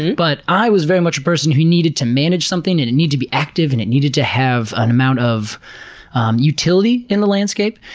but i was very much a person who needed to manage something, and it needed to be active, and it needed to have an amount of utility in the landscape.